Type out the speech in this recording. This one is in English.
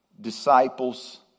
disciples